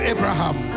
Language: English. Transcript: Abraham